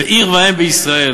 ועיר ואם בישראל,